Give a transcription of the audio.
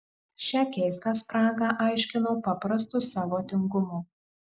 šią keistą spragą aiškinau paprastu savo tingumu